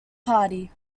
party